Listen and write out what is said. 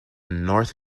north